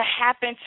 happen